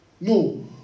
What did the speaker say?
No